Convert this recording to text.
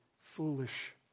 foolish